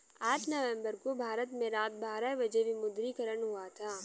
आठ नवम्बर को भारत में रात बारह बजे विमुद्रीकरण हुआ था